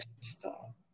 Stop